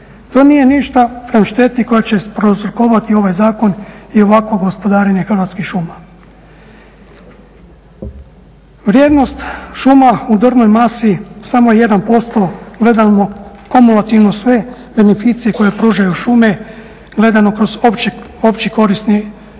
To nije ništa prema šteti koju će prouzrokovati ovaj zakon i ovakvo gospodarenje Hrvatskih šuma. Vrijednost šuma u drvnoj masi samo je 1% gledano kumulativno, sve beneficije koje pružaju šume, gledano kroz opći korisni